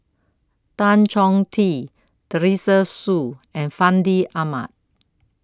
Tan Chong Tee Teresa Hsu and Fandi Ahmad